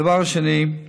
הדבר השני,